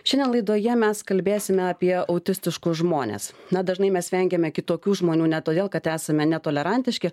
šiandien laidoje mes kalbėsime apie autistiškus žmones na dažnai mes vengiame kitokių žmonių ne todėl kad esame netolerantiški